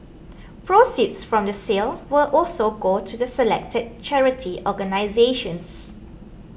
proceeds from the sale will also go to the selected charity organisations